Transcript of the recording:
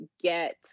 get